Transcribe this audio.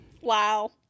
Wow